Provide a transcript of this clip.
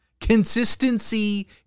consistency